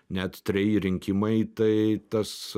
net treji rinkimai tai tas